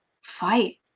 fight